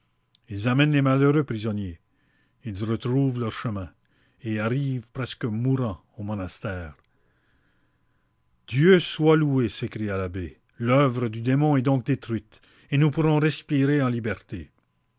ils emmènent les malheureux prisonniers ils retrouvent leur chemin et arrivent presque mourans au monastère dieu soit loué s'écria l'abbé l'oeuvre du démon est donc détruite et nous pourrons respirer en liberté